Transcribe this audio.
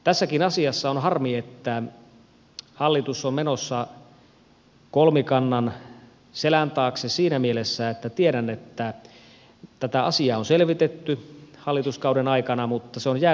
tässäkin asiassa on harmi että hallitus on menossa kolmikannan selän taakse siinä mielessä että tiedän että tätä asiaa on selvitetty hallituskauden aikana mutta se on jäänyt pöydälle